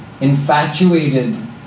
infatuated